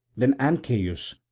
then ancaeus,